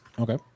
Okay